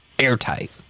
airtight